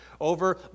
over